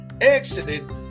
exited